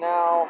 Now